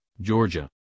georgia